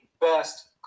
best